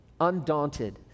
undaunted